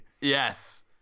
Yes